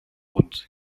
und